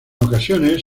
ocasiones